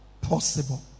possible